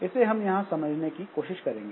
इसे हम यहां समझने की कोशिश करेंगे